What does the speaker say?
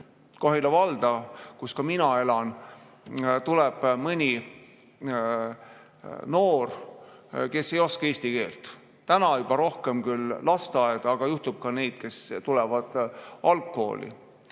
Kohila valda, kus ka mina elan, tuleb mõni noor, kes ei oska eesti keelt. Nüüd tulevad nad juba rohkem küll lasteaeda, aga on ka neid, kes tulevad algkooli.